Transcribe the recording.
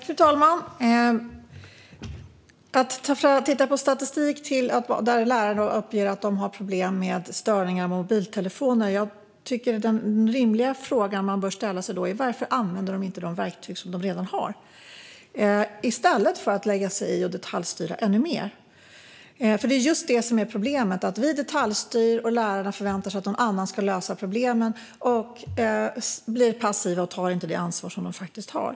Fru talman! Ministern hänvisar till statistik där lärarna uppger att de har problem med störningar från mobiltelefoner. Jag tycker att den rimliga fråga man då bör ställa sig är: Varför använder de inte de verktyg som de redan har, i stället för att vi ska lägga oss i och detaljstyra ännu mer? Det är ju just detta som är problemet: Vi detaljstyr, och lärarna förväntar sig att någon annan ska lösa problemen. De blir passiva och tar inte det ansvar som de faktiskt har.